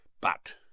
But